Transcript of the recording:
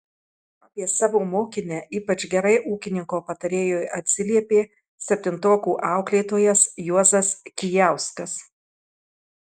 apie savo mokinę ypač gerai ūkininko patarėjui atsiliepė septintokų auklėtojas juozas kijauskas